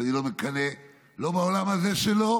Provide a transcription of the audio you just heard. שאני לא מקנא לא בעולם הזה שלו